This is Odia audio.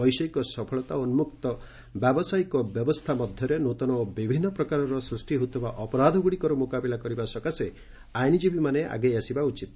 ବୈଷୟିକ ସଫଳତା ଓ ଉନ୍ନୁକ୍ତ ବ୍ୟାବସାୟିକ ବ୍ୟବସ୍ଥା ମଧ୍ୟରେ ନୃତନ ଓ ବିଭିନ୍ନ ପ୍ରକାରର ସୃଷ୍ଟି ହେଉଥିବା ଅପରାଧଗୁଡ଼ିକର ମୁକାବିଲା କରିବା ସକାଶେ ଆଇନଜୀବୀମାନେ ଆଗେଇ ଆସିବା ଉଚିତ